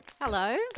Hello